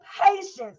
patience